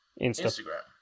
Instagram